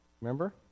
Remember